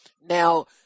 Now